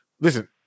listen